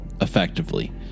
effectively